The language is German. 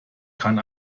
kann